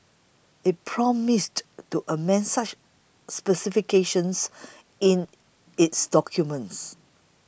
it promised to amend such specifications in its documents